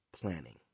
planning